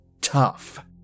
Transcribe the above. Tough